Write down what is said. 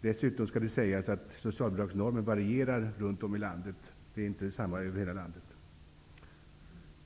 Dessutom skall det sägas att socialbidragsnormen varierar ute i landet. Det är alltså inte samma norm i hela landet.